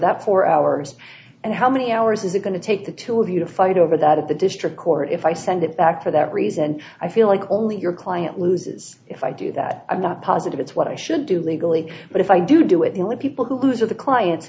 that four hours and how many hours is it going to take the two of you to fight over that of the district court if i send it back to that reason i feel like only your client loses if i do that i'm not positive it's what i should do legally but if i do do it the only people who use of the client